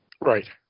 Right